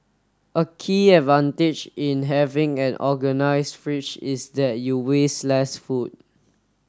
a key advantage in having an organised fridge is that you waste less food